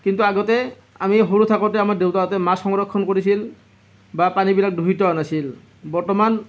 কিন্তু আগতে আমি সৰু থাকোঁতে আমাৰ দেউতাহঁতে মাছ সংৰক্ষণ কৰিছিল বা পানীবিলাক দূষিত হোৱা নাছিল বৰ্তমান